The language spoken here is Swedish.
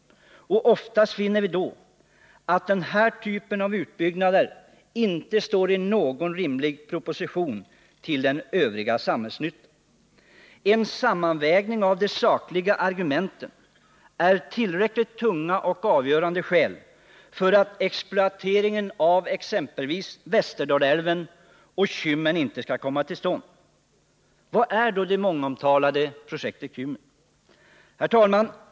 Oftast finner vi att den här typen av utbyggnader inte står i någon rimlig proportion till den övriga samhällsnyttan. En sammanvägning av de sakliga argumenten ger tillräckligt tunga och avgörande skäl för att exploateringen av exempelvis Västerdalälven och Kymmen inte skall komma till stånd. Vad är då det mångomtalade projektet Kymmen? Herr talman!